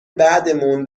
بعدمون